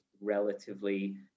relatively